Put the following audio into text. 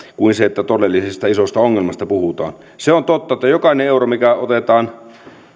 kuin sitä että todellisesta isosta ongelmasta puhutaan se on totta että jokainen euro mikä otetaan